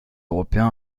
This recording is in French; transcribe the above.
européen